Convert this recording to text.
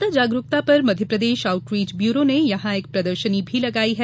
मतदाता जागरुकता पर मध्यप्रदेश आउटरीच ब्यूरो ने यहां एक प्रदर्शनी लगाई है